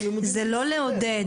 זה לא לעודד.